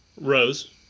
Rose